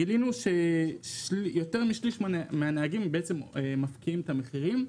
גילינו שיותר משליש מן הנהגים בעצם מפקיעים את המחירים.